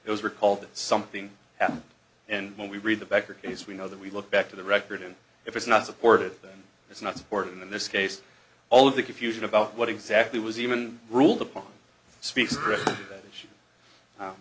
it was recalled that something happened and when we read the becker case we know that we look back to the record and if it's not supported then it's not supported in this case all of the confusion about what exactly was even ruled upon speaks